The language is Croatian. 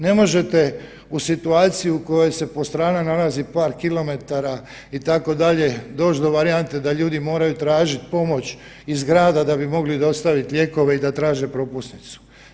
Ne možete u situaciju u kojoj se Postrana nalazi par kilometara itd. doći do varijante da ljudi moraju tražiti pomoć iz grada da bi mogli dostaviti lijekove i da traže propusnicu.